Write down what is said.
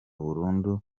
burundu